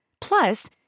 Plus